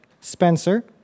Spencer